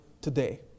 today